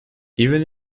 even